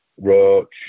roach